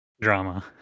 drama